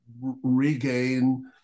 regain